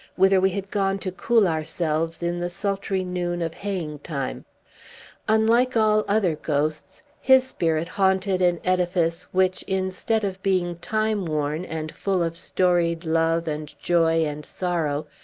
whither we had gone to cool ourselves in the sultry noon of haying-time unlike all other ghosts, his spirit haunted an edifice, which, instead of being time-worn, and full of storied love, and joy, and sorrow,